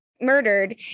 murdered